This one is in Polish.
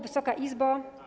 Wysoka Izbo!